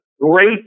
great